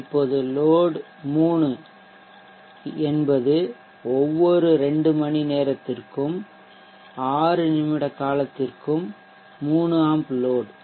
இப்போது லோட் 3 என்பது ஒவ்வொரு 2 மணி நேரத்திற்கும் 6 நிமிட காலத்திற்கும் 3 ஆம்ப் லோட்